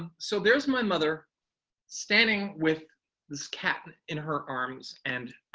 um so there's my mother standing with this cat in her arms and